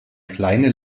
kleine